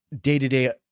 day-to-day